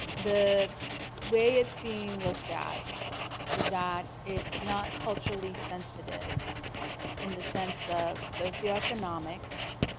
the way it's being looked at is that it's not culturally sensitive in the sense of socioeconomics